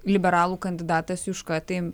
liberalų kandidatas juška tai